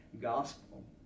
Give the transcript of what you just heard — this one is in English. gospel